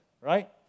right